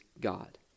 God